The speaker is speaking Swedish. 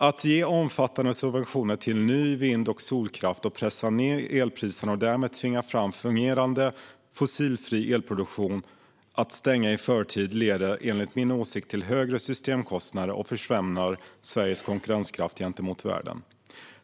Att ge omfattande subventioner till ny vind och solkraft, pressa ned elpriserna och därmed tvinga fungerande fossilfri elproduktion att stänga i förtid leder enligt min åsikt till högre systemkostnader och försämrar Sveriges konkurrenskraft gentemot omvärlden.